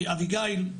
אביגיל.